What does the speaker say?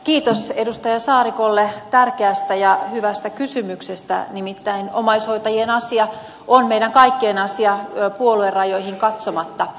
kiitos edustaja saarikolle tärkeästä ja hyvästä kysymyksestä nimittäin omaishoitajien asia on meidän kaikkien asia puoluerajoihin katsomatta